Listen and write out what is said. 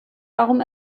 darum